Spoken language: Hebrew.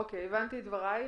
א', הבנתי את דברייך.